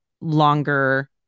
longer